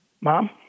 Mom